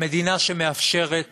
מדינה שמאפשרת